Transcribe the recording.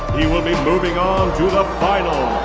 he will be moving on to the finals